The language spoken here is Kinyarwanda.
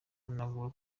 anavuga